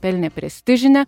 pelnė prestižinę